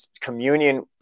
communion